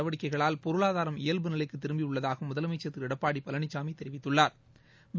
நடவடிக்கைகளால் பொருளாதாரம் இயல்புநிலைக்கு திரும்பியுள்ளதாகவும் முதலமைச்சர் திரு எடப்பாடி பழனிசாமி தெரிவித்துள்ளாா்